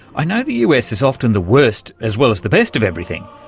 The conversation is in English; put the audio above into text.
i know the us is often the worst as well as the best of everything,